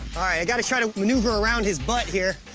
i gotta try to maneuver around his butt here.